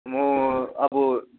म अब